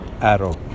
Arrow